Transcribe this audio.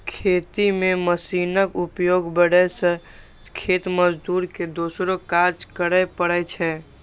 खेती मे मशीनक उपयोग बढ़ै सं खेत मजदूर के दोसरो काज करै पड़ै छै